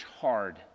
hard